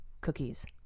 Cookies